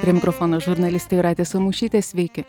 prie mikrofono žurnalistė jūratė samušytė sveiki